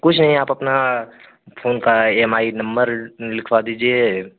कुछ नहीं आप अपना फोन का ए एम आई नंबर लिखवा दीजिए